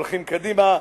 הולכים קדימה.